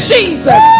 Jesus